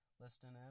listening